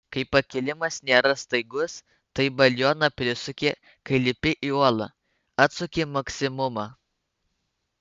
kai pakilimas nėra staigus tai balioną prisuki kai lipi į uolą atsuki maksimumą